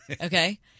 Okay